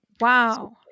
Wow